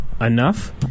enough